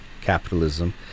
capitalism